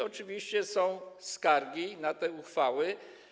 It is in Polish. Oczywiście są skargi na te uchwały.